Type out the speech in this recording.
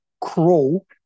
crawl